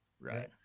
right